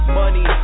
money